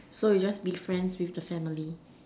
so you just be friends with the family